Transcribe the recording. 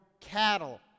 cattle